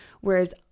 whereas